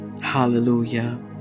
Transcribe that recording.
hallelujah